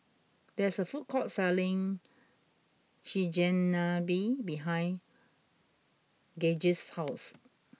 there is a food court selling Chigenabe behind Gauge's house